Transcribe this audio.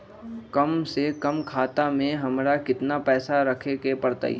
कम से कम खाता में हमरा कितना पैसा रखे के परतई?